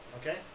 Okay